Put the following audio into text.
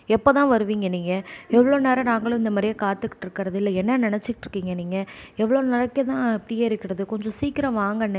எப்போது தான் வருவீங்க நீங்கள் எவ்வளோ நேரம் நாங்களும் இந்தமாதிரியே காத்துக்கிட்டு இருக்கறது இல்லை என்ன நினச்சிக்கிட்ருக்கீங்க நீங்கள் எவ்வளோ இப்படியே இருக்கிறது கொஞ்சம் சீக்கிரம் வாங்கண்ணே